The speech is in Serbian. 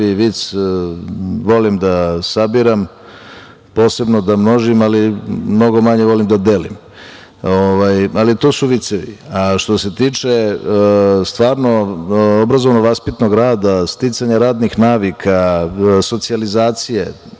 vic – volim da sabiram, posebno da množim, ali mnogo manje volim da delim, ali to su vicevi. Što se tiče stvarno obrazovno vaspitnog rada, sticanja radnih navika, socijalizacije,